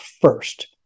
first